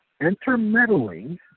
intermeddling